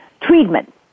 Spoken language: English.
treatment